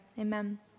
amen